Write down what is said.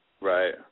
Right